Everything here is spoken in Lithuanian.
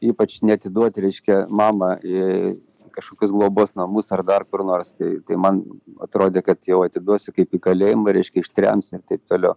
ypač neatiduot reiškia mamą į kažkokius globos namus ar dar kur nors tai tai man atrodė kad jau atiduosiu kaip į kalėjimą reiškia ištrems ir taip toliau